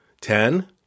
ten